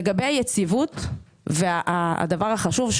לגבי יציבות והדבר החשוב הוא